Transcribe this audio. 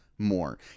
More